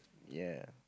ya